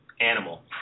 animal